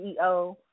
CEO